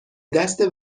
دست